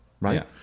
Right